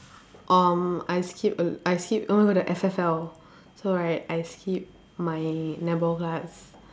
um I skip a l~ I skip oh you know the F_F_L so right I skip my netball class